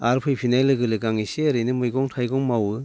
आरो फैफिननाय लोगो लोगो आं एसे ओरैनो मैगं थाइगं मावो